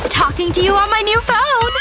ah talking to you on my new phone!